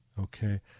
okay